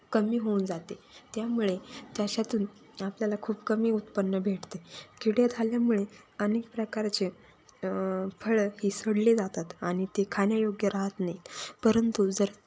कमी होऊन जाते त्यामुळे त्याच्यातून आपल्याला खूप कमी उत्पन्न भेटते किडे झाल्यामुळे अनेक प्रकारचे फळं ही सडली जातात आणि ते खाण्यायोग्य राहात नाही आहेत परंतु जर